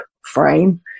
frame